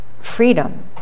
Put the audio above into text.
freedom